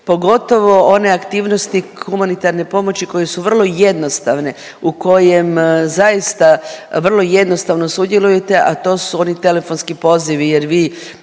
pogotovo one aktivnosti humanitarne pomoći koje su vrlo jednostavne, u kojem zaista vrlo jednostavno sudjelujete, a to su oni telefonski pozivi jer vi